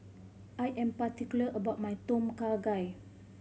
I am particular about my Tom Kha Gai